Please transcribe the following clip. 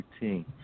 routine